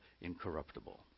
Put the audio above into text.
incorruptible